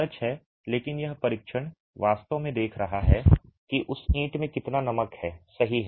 सच है लेकिन यह परीक्षण वास्तव में देख रहा है कि उस ईंट में कितना नमक है सही है